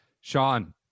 Sean